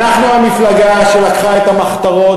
אנחנו המפלגה שלקחה את המחתרות,